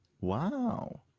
Wow